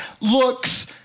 looks